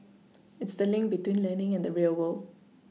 it's the link between learning and the real world